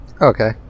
Okay